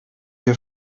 your